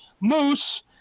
Moose